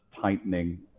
tightening